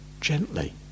gently